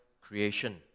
creation